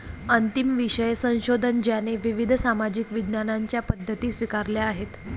अंतिम विषय संशोधन ज्याने विविध सामाजिक विज्ञानांच्या पद्धती स्वीकारल्या आहेत